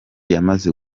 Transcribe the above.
yamaze